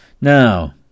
Now